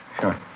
Sure